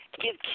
give